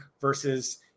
versus